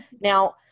Now